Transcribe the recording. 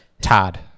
Todd